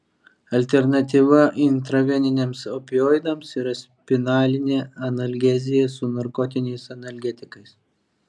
alternatyva intraveniniams opioidams yra spinalinė analgezija su narkotiniais analgetikais